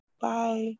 Bye